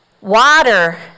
Water